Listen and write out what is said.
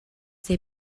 they